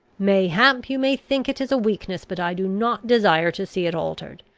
mayhap you may think it is a weakness, but i do not desire to see it altered.